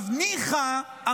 ניחא,